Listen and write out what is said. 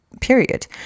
period